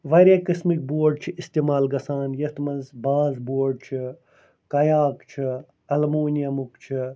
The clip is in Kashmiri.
واریاہ قٕسمکۍ بورڈ چھِ اِستعمال گَژھان یتھ مَنٛز باس بورڈ چھُ کَیاک چھ الموٗنِیَمُک چھ